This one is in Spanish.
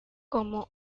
como